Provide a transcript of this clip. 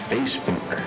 Facebook